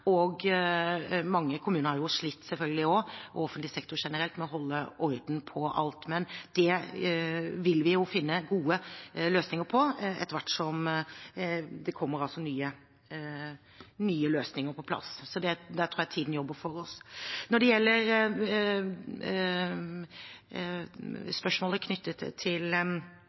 og offentlig sektor generelt – har selvfølgelig slitt med å holde orden på alt, men det vil vi finne gode løsninger på etter hvert som det kommer nye løsninger på plass. Der tror jeg tiden jobber for oss. Når det gjelder spørsmålet knyttet til